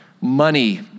Money